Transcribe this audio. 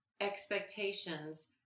expectations